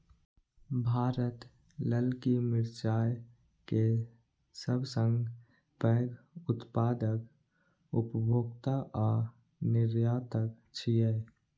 भारत ललकी मिरचाय के सबसं पैघ उत्पादक, उपभोक्ता आ निर्यातक छियै